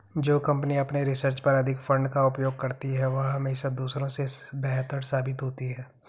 जो कंपनी अपने रिसर्च पर अधिक फंड का उपयोग करती है वह हमेशा दूसरों से बेहतर साबित होती है